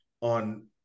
on